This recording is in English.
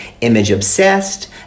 image-obsessed